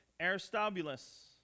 Aristobulus